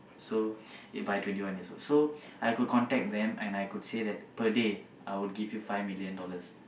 so yeah by twenty years old so I could contact them and I could say that per day I would give you five million dollars